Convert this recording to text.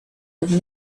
have